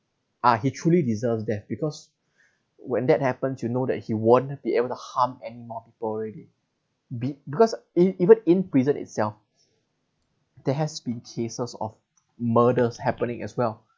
ah he truly deserves that because when that happens you know that he won't be able to harm any more people already be~ because e~ even in prison itself there has been cases of murders happening as well